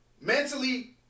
Mentally